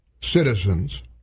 citizens